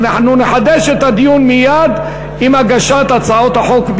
ואנחנו נחדש את הדיון מייד עם הגשת הצעות החוק,